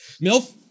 Milf